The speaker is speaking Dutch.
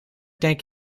denk